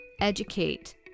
educate